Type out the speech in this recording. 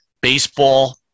baseball